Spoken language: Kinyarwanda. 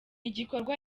igikorwa